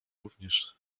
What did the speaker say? również